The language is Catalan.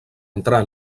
entrar